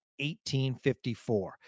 1854